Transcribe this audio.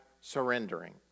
surrendering